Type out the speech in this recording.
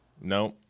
No